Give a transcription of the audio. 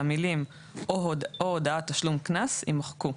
והמילים "או הודעת תשלום קנס" יימחקו,